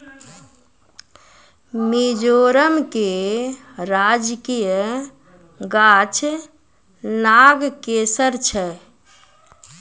मिजोरम के राजकीय गाछ नागकेशर छै